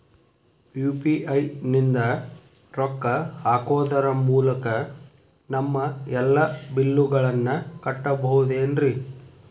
UPI ನಿಂದ ರೊಕ್ಕ ಹಾಕೋದರ ಮೂಲಕ ನಮ್ಮ ಎಲ್ಲ ಬಿಲ್ಲುಗಳನ್ನ ಕಟ್ಟಬಹುದೇನ್ರಿ?